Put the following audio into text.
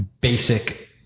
basic